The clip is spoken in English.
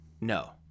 No